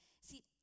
See